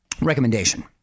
Recommendation